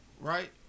right